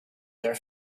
their